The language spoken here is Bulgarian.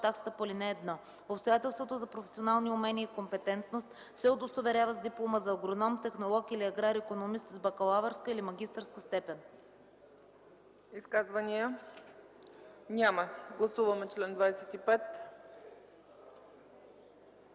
таксата по ал. 1. Обстоятелството за професионални умения и компетентност се удостоверява с диплома за агроном, технолог или аграр-икономист с бакалавърска или магистърска степен.” ПРЕДСЕДАТЕЛ ЦЕЦКА ЦАЧЕВА: Изказвания? Няма. Гласуваме чл. 25.